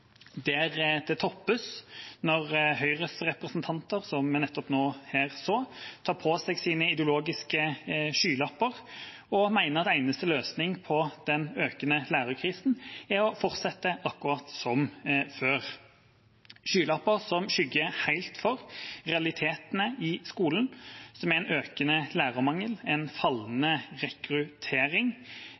når Høyres representanter, som vi nettopp nå her så, tar på seg sine ideologiske skylapper og mener at den eneste løsningen på den økende lærerkrisen er å fortsette akkurat som før – skylapper som skygger helt for realitetene i skolen, som er en økende lærermangel, en fallende rekruttering.